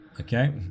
Okay